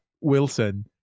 Wilson